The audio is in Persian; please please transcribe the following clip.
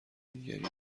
دیگری